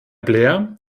blair